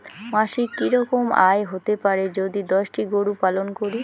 মাসিক কি রকম আয় হতে পারে যদি দশটি গরু পালন করি?